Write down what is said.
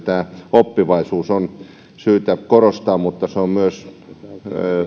tätä oppivaisuutta on syytä korostaa mutta se on myös